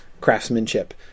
craftsmanship